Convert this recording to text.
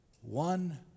one